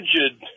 rigid